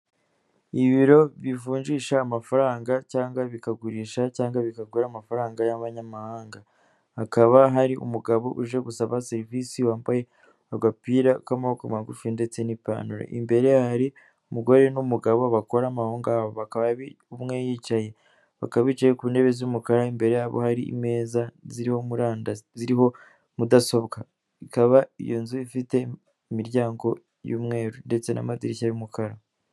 Ibiro bivunjisha amafaranga cyangwa bikagurisha cyangwa bikagura amafaranga y'abanyamahanga. Hakaba hari umugabo uje gusaba serivisi wambaye agapira k'amaboko magufi ndetse n'ipantaro, imbere hari umugore n'umugabo bakora mo aho ngaho, bakaba umwe yicaye, baka bicaye ku ntebe z'umukara imbere yabo hari imeza ziriho muranda ziriho mudasobwa, ikaba iyo nzu ifite imiryango y'umweru ndetse n'amadirishya y'umukara.